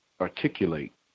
articulate